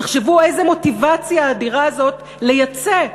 תחשבו איזה מוטיבציה אדירה זאת לייצא,